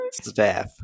Staff